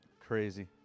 Crazy